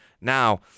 Now